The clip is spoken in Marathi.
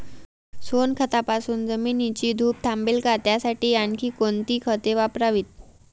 सोनखतापासून जमिनीची धूप थांबेल का? त्यासाठी आणखी कोणती खते वापरावीत?